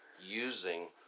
using